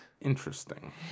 Interesting